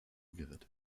gerettet